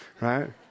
Right